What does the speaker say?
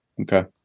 okay